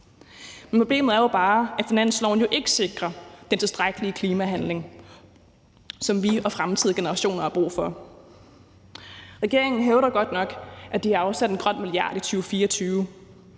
er bare, at forslaget til finanslov jo ikke sikrer den tilstrækkelige klimahandling, som vi og fremtidige generationer har brug for. Regeringen hævder godt nok, at de har afsat en grøn milliard i 2024,